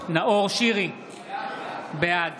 שירי, בעד